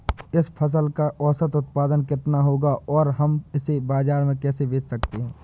इस फसल का औसत उत्पादन कितना होगा और हम इसे बाजार में कैसे बेच सकते हैं?